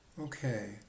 Okay